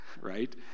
right